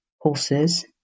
horses